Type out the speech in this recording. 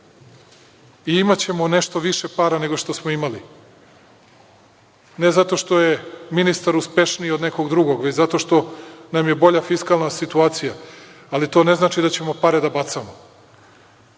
promenimo. Imaćemo nešto više para nego što smo imali, ne zato što je ministar uspešniji od nekog drugog, već zato što nam je bolja fiskalna situacija, ali to ne znači da ćemo pare da bacamo.